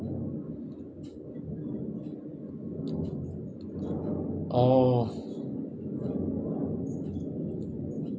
oh